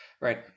Right